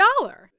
dollar